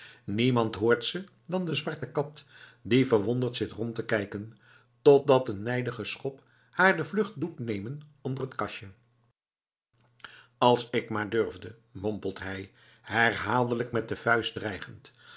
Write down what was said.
niemand hoort ze dan de zwarte kat die verwonderd zit rond te kijken totdat een nijdige schop haar de vlucht doet nemen onder het kastje als ik maar durfde mompelt hij herhaaldelijk met de vuist dreigend